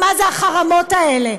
מה זה החרמות האלה?